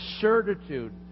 Certitude